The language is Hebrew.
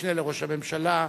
שהמשנה לראש הממשלה,